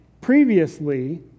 previously